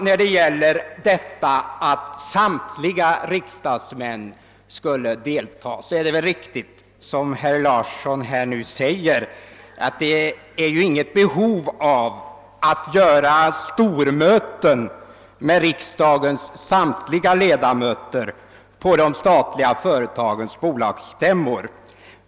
När det gäller frågan huruvida samtliga riksdagsmän skulle delta är det riktigt, som herr Larsson i Umeå säger, att det inte finns något behov av att göra stormöten med riksdagens samtliga ledamöter på de statliga företagens bolagsstämmor.